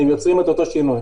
הם יוצרים את אותו שינוי.